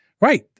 Right